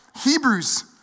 Hebrews